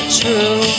true